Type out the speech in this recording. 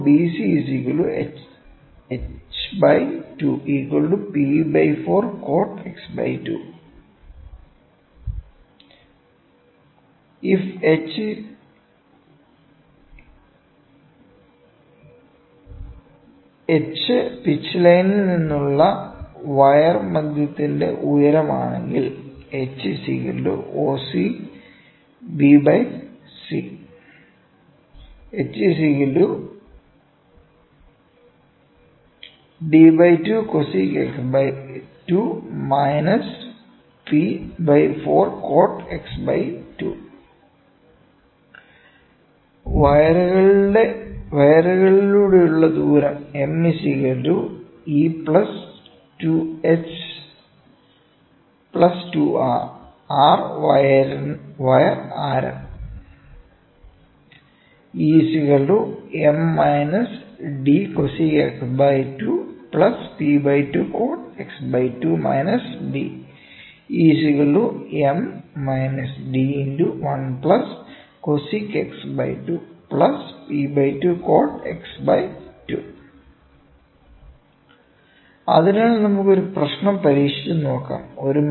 h pitch ലൈനിൽ നിന്നുള്ള wire മധ്യത്തിന്റെ ഉയരം ആണെങ്കിൽ h OC BC വയറുകളിലൂടെയുള്ള ദൂരം ME2h2r r വയർ ആരം അതിനാൽ നമുക്ക് ഒരു പ്രശ്നം പരീക്ഷിച്ച് നോക്കാം